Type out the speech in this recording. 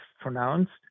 pronounced